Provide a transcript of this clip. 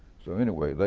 so anyway,